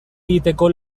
egiteko